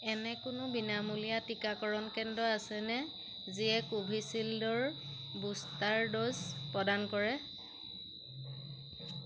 এনে কোনো বিনামূলীয়া টীকাকৰণ কেন্দ্ৰ আছেনে যিয়ে কোভিচিল্ডৰ বুষ্টাৰ ড'জ প্ৰদান কৰে